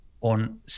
on